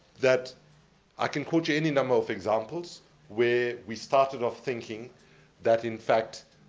that i can quote you any number of examples where we started off thinking that, in fact,